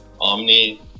Omni